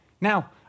Now